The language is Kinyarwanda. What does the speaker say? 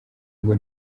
ngo